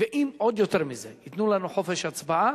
ועוד יותר מזה, אם ייתנו לנו חופש הצבעה,